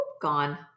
gone